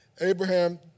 Abraham